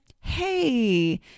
hey